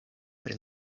pri